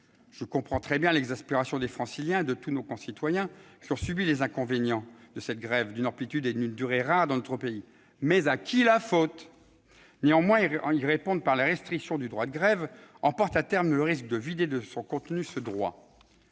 Je comprends l'exaspération des Franciliens et de tous nos concitoyens qui ont subi les inconvénients de cette grève d'une amplitude et d'une durée rares dans notre pays, mais à qui la faute ? Y répondre par la restriction du droit de grève emporte, à terme, le risque de vider ce droit